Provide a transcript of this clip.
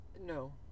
No